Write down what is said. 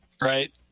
right